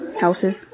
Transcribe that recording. Houses